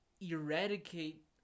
eradicate